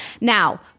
now